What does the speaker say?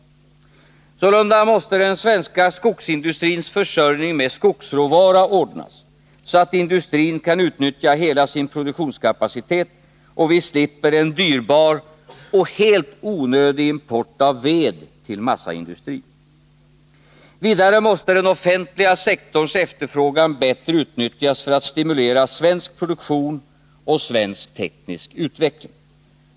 Sålunda måste den svenska skogsindustrins försörjning med skogsråvara ordnas, så att industrin kan utnyttja hela sin produktionskapacitet och vi slipper en dyrbar och helt onödig import av ved till massaindustrin. Vidare måste den offentliga sektorns efterfrågan bättre utnyttjas för att stimulera svensk produktion och svensk teknisk utveckling.